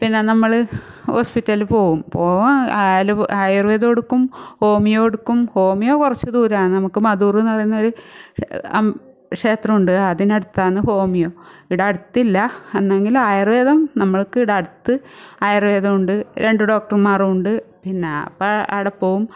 പിന്നെ നമ്മൾ ഹോസ്പിറ്റലിൽ പോകും പോകാം ആയാ ആയുർവേദം എടുക്കും ഹോമിയോ എടുക്കും ഹോമിയോ കുറച്ച് ദൂരാന്ന് നമുക്ക് മദൂറ്ന്ന് പറയുന്നൊരു അം ക്ഷേത്രമുണ്ട് അതിനടുത്താന്ന് ഹോമിയോ ഇവിടെ അടുത്തില്ല എന്നെങ്കിൽ ആയുർവേദം നമുക്ക് ഇവിടെ അടുത്ത് ആയുർവേദമുണ്ട് രണ്ട് ഡോക്റ്റർ മാറും ഉണ്ട് പിന്നെയിപ്പോൾ അവിടെ പോകും